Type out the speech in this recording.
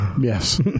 Yes